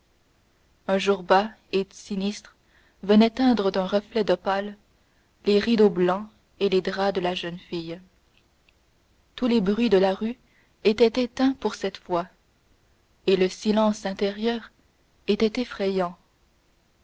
un jour bas et sinistre venait teindre d'un reflet d'opale les rideaux blancs et les draps de la jeune fille tous les bruits de la rue étaient éteints pour cette fois et le silence intérieur était effrayant